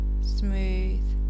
Smooth